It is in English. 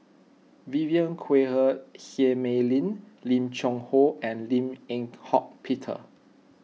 Vivien Quahe Seah Mei Lin Lim Cheng Hoe and Lim Eng Hock Peter